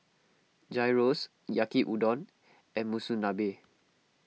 Gyros Yaki Udon and Monsunabe